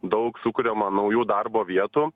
daug sukuriama naujų darbo vietų